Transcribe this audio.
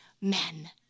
men